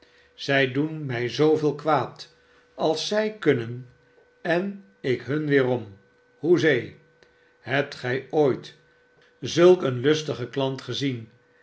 zij doen mij zooveel kwaad als zij kunnen en ik hun weerom hoezee hebt gij ooit zulk een lustigen klant gezien